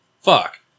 Fuck